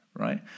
Right